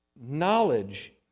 knowledge